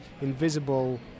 invisible